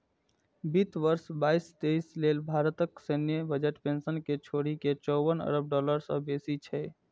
वित्त वर्ष बाईस तेइस लेल भारतक सैन्य बजट पेंशन कें छोड़ि के चौवन अरब डॉलर सं बेसी छै